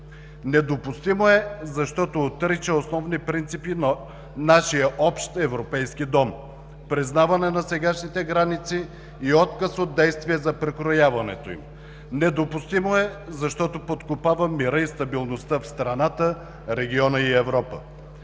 Недопустимо е, защото отрича основни принципи на нашия общ европейски дом – признаване на сегашните граници и отказ от действия за прекрояването им. Недопустимо е, защото подкопава мира и стабилността в страната, региона и Европа.